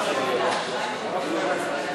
לדיון מוקדם בוועדה שתקבע ועדת הכנסת נתקבלה.